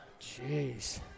Jeez